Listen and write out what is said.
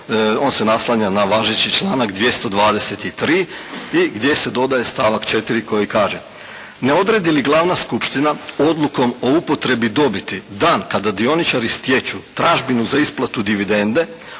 on se naslanja na važeći članak 223. i gdje se dodaje stavak 4. koji kaže: "Ne odredi li glavna skupština odlukom o upotrebi dobiti dan kad dioničari stječu tražbinu za isplatu dividende